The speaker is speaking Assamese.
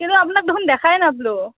কিন্তু আপনাক দেখোন দেখাই নাপলোঁ